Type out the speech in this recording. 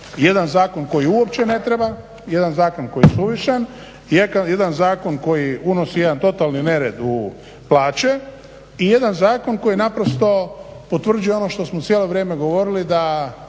jedan zakon koji uopće ne treba, jedan zakon koji je suvišan i jedan zakon koji unosi jedan totalni nered u plaće i jedan zakon koji naprosto potvrđuje ono što smo cijelo vrijeme govorili da